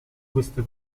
queste